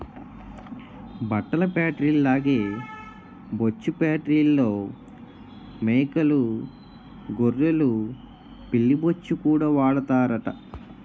బట్టల ఫేట్రీల్లాగే బొచ్చు ఫేట్రీల్లో మేకలూ గొర్రెలు పిల్లి బొచ్చుకూడా వాడతారట